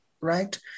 right